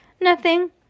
Nothing